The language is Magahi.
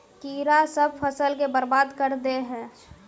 कीड़ा सब फ़सल के बर्बाद कर दे है?